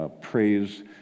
praise